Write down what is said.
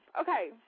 okay